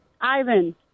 Ivan